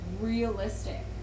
realistic